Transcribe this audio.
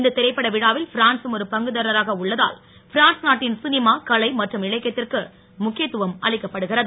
இந்த திரைப்பட விழாவில் பிரான்சும் ஒரு பங்குதாரராக உள்ளதால் பிரான்ஸ் நாட்டின் சினிமா கலை மற்றும் இலக்கியத்திற்கு முக்கியத்துவம் அளிக்கப்படுகிறது